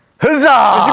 huzzah!